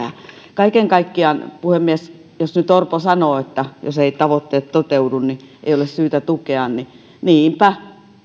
kaiken kaikkiaan puhemies jos nyt orpo sanoo että jos eivät tavoitteet toteudu niin ei ole syytä tukea niinpä